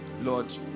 Lord